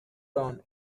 dawn